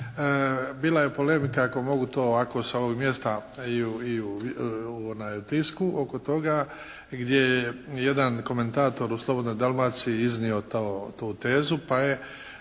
Bila je polemika ako mogu to ovako sa ovog mjesta i u tisku oko toga gdje je jedan komentator u "Slobodnoj Dalmaciji" iznio tu tezu pa je